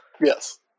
Yes